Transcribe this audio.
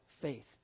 faith